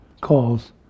calls